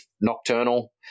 nocturnal